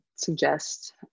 suggest